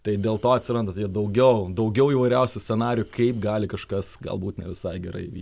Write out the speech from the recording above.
tai dėl to atsiranda daugiau daugiau įvairiausių scenarijų kaip gali kažkas galbūt ne visai gerai vykt